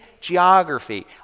geography